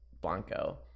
Blanco